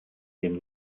dem